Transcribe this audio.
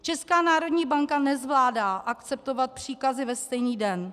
Česká národní banka nezvládá akceptovat příkazy ve stejný den.